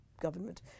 government